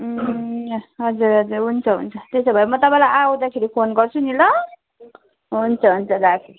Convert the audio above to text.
हजुर हजुर हुन्छ हुन्छ त्यसो भए म तपाईँलाई आउँदाखेरि फोन गर्छु नि ल हुन्छ हुन्छ राखेँ